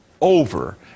over